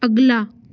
अगला